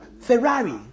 Ferrari